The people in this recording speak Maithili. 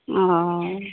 ओऽ